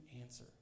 answer